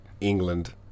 England